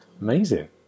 amazing